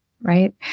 right